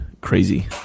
crazy